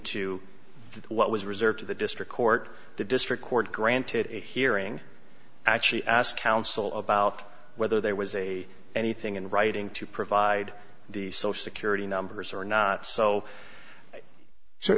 into what was reserved to the district court the district court granted a hearing actually asked counsel about whether there was a anything in writing to provide the social security numbers or not so so